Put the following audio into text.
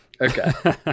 okay